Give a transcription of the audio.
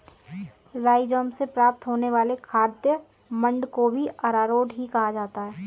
rhizome से प्राप्त होने वाले खाद्य मंड को भी अरारोट ही कहा जाता है